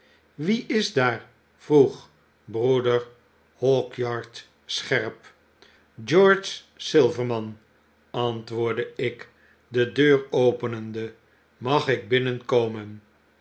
wie is daar vroeg broeder hawkyard scherp george silverman antwqordde ik dedeur openende mag ik binnen